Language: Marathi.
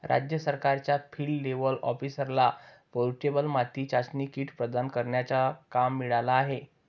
राज्य सरकारच्या फील्ड लेव्हल ऑफिसरला पोर्टेबल माती चाचणी किट प्रदान करण्याचा काम मिळाला आहे